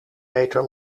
meter